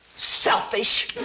selfish!